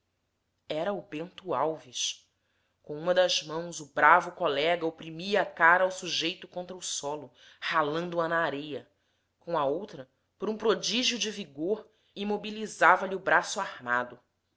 era o bento alves com uma das mãos o bravo colega oprimia a cara ao sujeito contra o solo ralando a na areia com a outra por um prodígio de vigor imobilizava lhe o braço armado